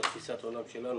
בתפיסת העולם שלנו,